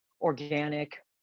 organic